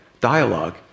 Dialogue